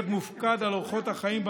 להיות מופקד על אורחות החיים.